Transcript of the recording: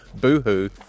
boo-hoo